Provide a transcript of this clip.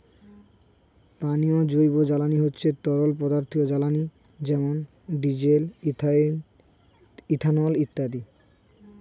পানীয় জৈব জ্বালানি হচ্ছে তরল পদার্থ জ্বালানি যেমন ডিজেল, ইথানল ইত্যাদি